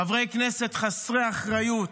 חברי כנסת חסרי אחריות